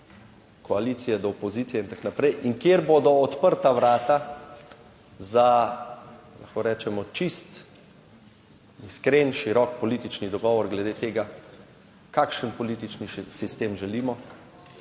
koalicije do opozicije in tako naprej in kjer bodo odprta vrata za, lahko rečemo, čisto iskren, širok politični dogovor glede tega, kakšen politični sistem želimo.